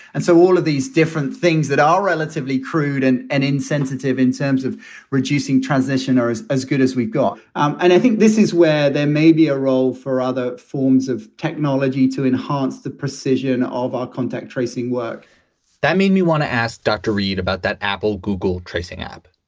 and so all of these different things that are relatively crude and and insensitive in terms of reducing transmission are as good as we've got and i think this is where there may be a role for other forms of technology to enhance the precision of our contact tracing work that mean you want to ask dr. reid about that? apple google tracing app.